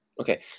okay